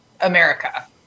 America